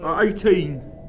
Eighteen